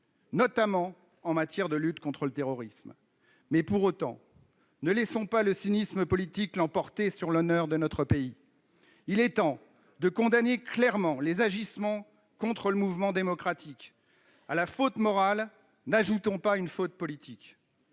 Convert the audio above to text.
notamment en matière de lutte contre le terrorisme ; pour autant, ne laissons pas le cynisme politique l'emporter sur l'honneur de notre pays ! Il est temps de condamner clairement les agissements contre le mouvement démocratique. À la faute morale, n'ajoutons pas une faute politique